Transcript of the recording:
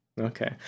Okay